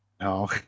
No